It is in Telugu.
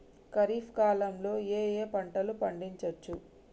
ఖరీఫ్ కాలంలో ఏ ఏ పంటలు పండించచ్చు?